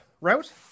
route